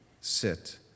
sit